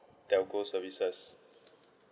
telco services